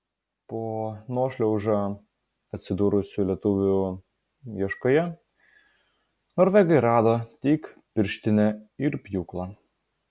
po nuošliauža atsidūrusių lietuvių ieškoję norvegai rado tik pirštinę ir pjūklą